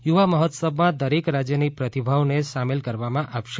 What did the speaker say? યુવા મહોત્સવમાં દરેક રાજયની પ્રતીભાઓને સામેલ કરવામાં આવી છે